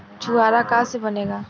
छुआरा का से बनेगा?